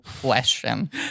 question